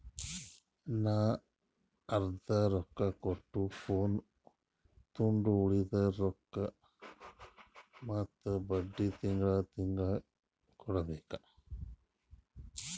ನಾ ಅರ್ದಾ ರೊಕ್ಕಾ ಕೊಟ್ಟು ಫೋನ್ ತೊಂಡು ಉಳ್ದಿದ್ ರೊಕ್ಕಾ ಮತ್ತ ಬಡ್ಡಿ ತಿಂಗಳಾ ತಿಂಗಳಾ ಕಟ್ಟಬೇಕ್